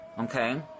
okay